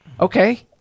Okay